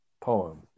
poem